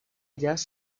ellas